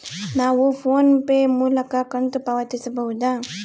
ನಾವು PhonePe ಮೂಲಕ ಕಂತು ಪಾವತಿಸಬಹುದಾ?